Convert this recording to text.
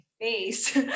face